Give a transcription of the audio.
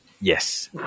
Yes